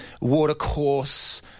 watercourse